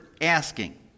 asking